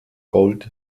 gold